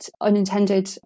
unintended